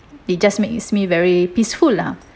it just makes me very peaceful lah